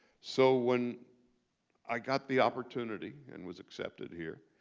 so when i got the opportunity and was accepted here,